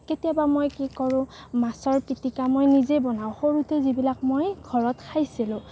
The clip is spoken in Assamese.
কেতিয়াবা মই কি কৰো মাছৰ পিটিকা মই নিজে বনাও সৰুতে যিবিলাক মই ঘৰত খাইছিলোঁ